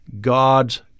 God's